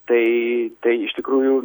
tai tai iš tikrųjų